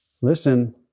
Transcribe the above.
listen